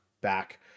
back